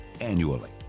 annually